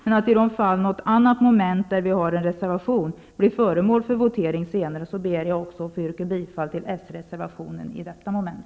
I de fall något annat moment där vi har en reservation blir föremål för votering senare, ber jag att också få yrka bifall till den socialdemokratiska reservationen i detta moment.